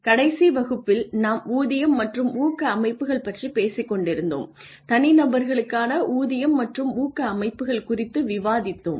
கடைசி வகுப்பில் நாம் ஊதியம் மற்றும் ஊக்க அமைப்புகள் பற்றிப் பேசிக் கொண்டிருந்தோம் தனி நபர்களுக்கான ஊதியம் மற்றும் ஊக்க அமைப்புகள் குறித்து விவாதித்தோம்